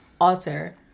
alter